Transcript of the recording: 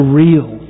real